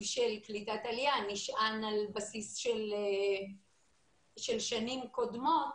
קליטת העלייה נשען על בסיס שנים קודמות.